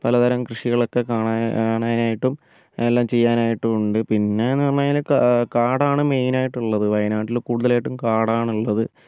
പല തരം കൃഷികളൊക്കെ കാണാൻ കാണാനായിട്ടും എല്ലാം ചെയ്യാനായിട്ടും ഉണ്ട് പിന്നേന്ന് പറഞ്ഞാൽ കാ കാടാണ് മെയിൻ ആയിട്ടുള്ളത് വയനാട്ടിൽ കൂടുതലായിട്ടും കാടാണ് ഉള്ളത്